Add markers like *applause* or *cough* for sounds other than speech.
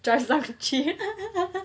drive *laughs*